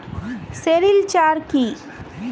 Sericulture কি?